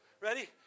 Ready